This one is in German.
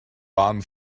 baden